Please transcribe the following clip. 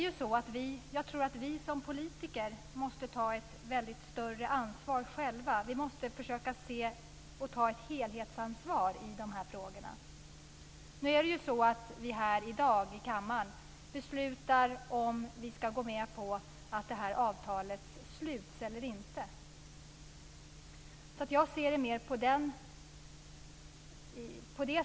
Jag tror att vi som politiker måste ta ett större ansvar själva. Vi måste försöka ta ett helhetsansvar i dessa frågor. Vi beslutar i kammaren i dag om vi ska gå med på att avtalet sluts eller inte. Jag ser det mer på det sättet.